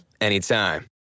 anytime